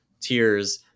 tiers